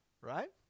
right